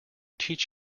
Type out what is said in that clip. teach